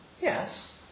Yes